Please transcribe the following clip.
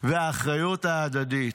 והאחריות ההדדית?"